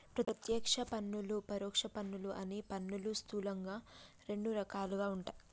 ప్రత్యక్ష పన్నులు, పరోక్ష పన్నులు అని పన్నులు స్థూలంగా రెండు రకాలుగా ఉంటయ్